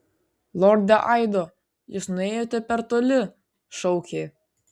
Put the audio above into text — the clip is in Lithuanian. lorde aido jūs nuėjote per toli šaukė